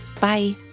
Bye